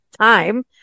time